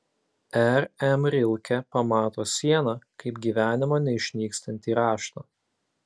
r m rilke pamato sieną kaip gyvenimo neišnykstantį raštą